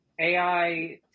ai